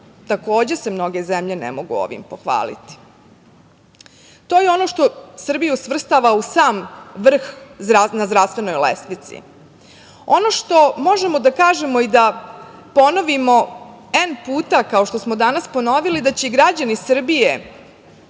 Takođe se mnoge zemlje ne mogu ovim pohvaliti. To je ono što Srbiju svrstava u sam vrh na zdravstvenoj lestvici. Ono što možemo da kažemo i da ponovimo n puta, kao što smo danas ponovili da će građani Srbije